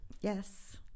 yes